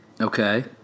Okay